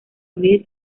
olvide